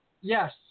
Yes